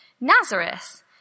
Nazareth